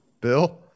Bill